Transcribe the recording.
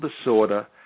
disorder